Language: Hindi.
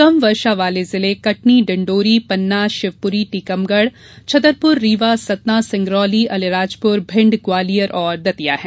कम वर्षा वाले जिले कटनी डिण्डोरी पन्ना शिवपुरी टीकमगढ़ छतरपुर रीवा सतना सिंगरौली अलीराजपुर भिण्ड ग्वालियर और दतिया है